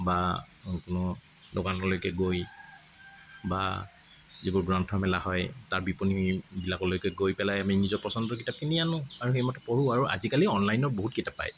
বা কোনো দোকানলৈকে গৈ বা যিবোৰ গ্ৰন্থমেলা হয় তাৰ বিপনীবিলাকলৈকে গৈ পেলাই আমি নিজৰ পচন্দৰ কিতাপ কিনি আনোঁ আৰু সেইমতে পঢ়োঁ আৰু আজিকালি অনলাইনত বহুত কিতাপ পায়